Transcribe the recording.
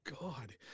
God